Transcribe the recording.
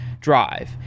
drive